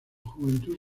juventud